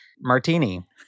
martini